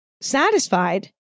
satisfied